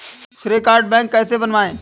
श्रेय card bank से कैसे बनवाएं?